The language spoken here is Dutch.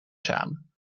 samen